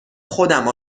خودم